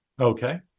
Okay